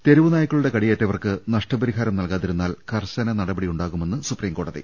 തെരുവ് നായ്ക്കളുടെ കടിയേറ്റവർക്ക് നഷ്ട പരി ഹാരം നൽകാതിരുന്നാൽ കർശന നടപടിയുണ്ടാ കുമെന്ന് സുപ്രിംകോടതി